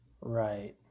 Right